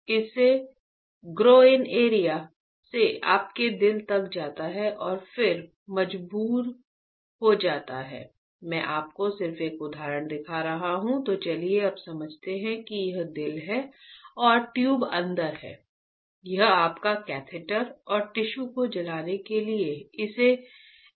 यह groin area RF energy RF ablation का उपयोग करता है